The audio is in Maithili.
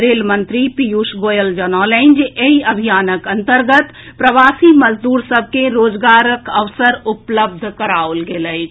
रेल मंत्री पीयूष गोयल जनौलनि जे एहि अभियानक अंतर्गत प्रवासी मजदूर सभ के रोजगारक अवसर उपलब्ध कराओल गेल अछि